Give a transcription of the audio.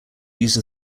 use